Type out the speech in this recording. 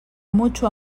mucho